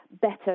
better